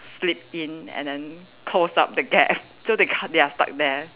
slip in and then close up the gap so they can't they are stuck there